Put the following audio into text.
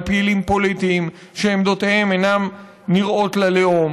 פעילים פוליטיים שעמדותיהם אינן נראות ללאום,